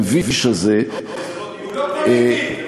המביש הזה, לא, הוא לא פוליטי.